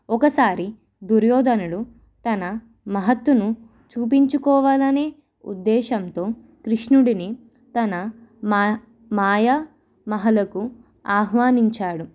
ఒకసారి దుర్యోదనడు తన మహత్తును చూపించుకోవాలనే ఉద్దేశంతో కృష్ణుడిని తన మా మాయా మహలకు ఆహ్వానించాడు